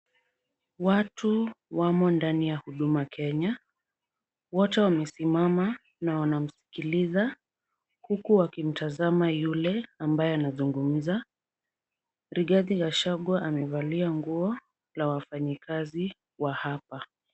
Watu wamo ndani ya Huduma Kenya. Wote wamesimama na wanamsikiliza huku wakimtazama yule ambaye anazungumza. Rigathi Gachagua amevalia nguo la wafanyikazi wa hapa.